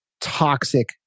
toxic